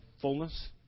fullness